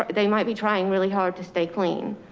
they might be trying really hard to stay clean.